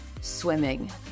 swimming